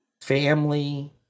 family